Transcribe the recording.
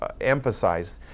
emphasized